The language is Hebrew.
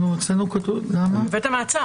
בבית המעצר.